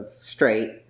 straight